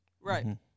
Right